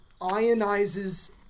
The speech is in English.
ionizes